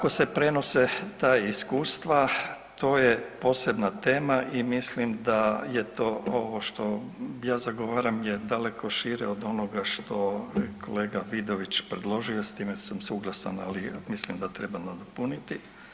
Kako se prenose ta iskustva, to je posebna tema i mislim da je to ovo što ja zagovaram je, daleko šire od onoga što je kolega Vidović predložio, s time sam suglasan, ali mislim da treba nadopuniti.